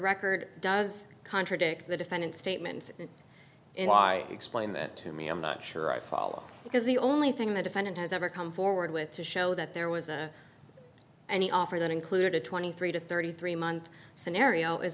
record does contradict the defendant's statements why explain that to me i'm not sure i follow because the only thing the defendant has ever come forward with to show that there was a and he offered that included a twenty three to thirty three month scenario